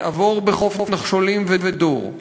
עבור בחוף נחשולים ודור,